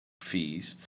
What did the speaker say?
fees